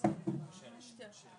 שוב